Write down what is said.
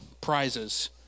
prizes